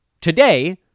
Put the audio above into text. today